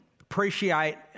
appreciate